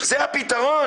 זה הפתרון?